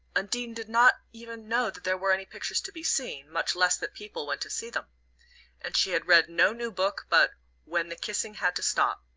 undine did not even know that there were any pictures to be seen, much less that people went to see them and she had read no new book but when the kissing had to stop,